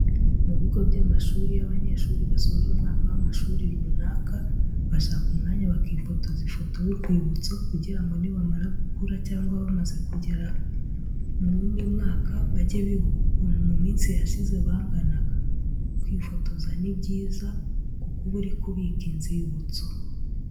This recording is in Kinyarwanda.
Mu bigo by'amashuri iyo abanyeshuri basoje umwaka w'amashuri runaka, bashaka umwanya bakifotoza ifoto y'urwibutso kugira ngo nibamara gukura cyangwa bamaze kugera mu wundi mwaka bajye bibuka ukuntu mu minsi yashize banganaga. Kwifotoza ni byiza kuko uba uri kubika inzibutso.